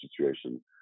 situation